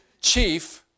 chief